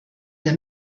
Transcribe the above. der